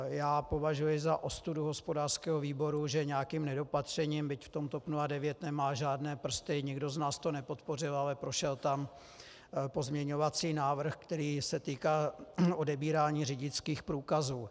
Já považuji za ostudu hospodářského výboru, že nějakým nedopatřením, byť v tom TOP 09 nemá žádné prsty, nikdo z nás to nepodpořil, ale prošel tam pozměňovací návrh, který se týkal odebírání řidičských průkazů.